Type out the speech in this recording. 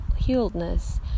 healedness